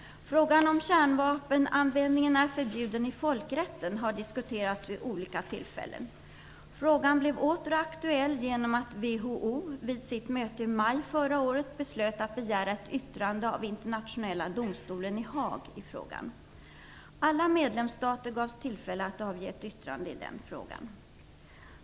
Frågan om kärnvapenanvändningen är förbjuden i folkrätten har diskuterats vid olika tillfällen. Frågan blev åter aktuell genom att WHO vid sitt möte i maj förra året beslöt att begära ett yttrande av Internationella domstolen i Haag i frågan. Alla medlemsstater gavs tillfälle att avge ett yttrande i denna fråga.